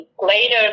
later